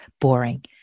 boring